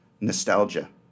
nostalgia